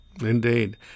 Indeed